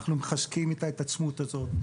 אנחנו מחזקים את ההתעצמות הזאת.